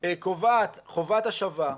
קובעת חובת השבה,